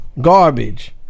Garbage